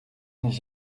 nicht